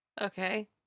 Okay